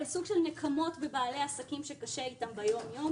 אבל סוג של נקמות בבעלי עסקים שקשה איתם ביום-יום